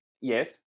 yes